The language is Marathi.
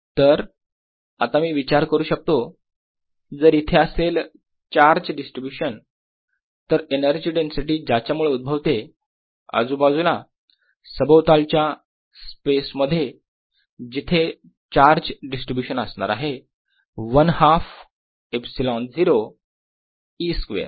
तर आता मी विचार करू शकतो जर येथे असेल चार्ज डिस्ट्रीब्यूशन तर एनर्जी डेन्सिटी ज्याच्यामुळे उद्भवते आजूबाजूला सभोवतालच्या स्पेस मध्ये सुद्धा जिथे चार्ज डिस्ट्रीब्यूशन असणार आहे 1 हाफ ε0 E स्क्वेअर